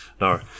No